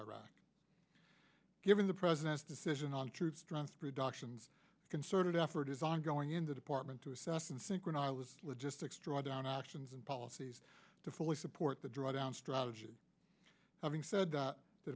iraq given the president's decision on troop strength productions concerted effort is ongoing in the department to assess and synchronize logistics drawdown actions and policies to fully support the drawdown strategy having said that the